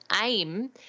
aim